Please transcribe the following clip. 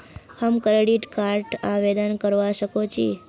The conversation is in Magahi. हम क्रेडिट कार्ड आवेदन करवा संकोची?